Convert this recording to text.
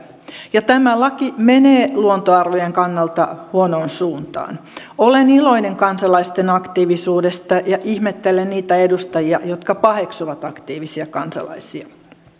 ja tämä laki menee luontoarvojen kannalta huonoon suuntaan olen iloinen kansalaisten aktiivisuudesta ja ihmettelen niitä edustajia jotka paheksuvat aktiivisia kansalaisia